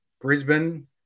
Brisbane